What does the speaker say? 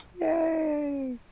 Yay